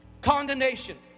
condemnation